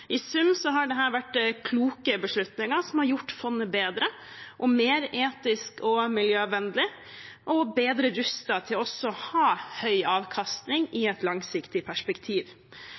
I sum har dette vært kloke beslutninger som har gjort fondet bedre, mer etisk og miljøvennlig, og bedre rustet til også å ha høy avkastning i et langsiktig perspektiv.